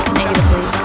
negatively